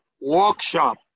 workshop